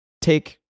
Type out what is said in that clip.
take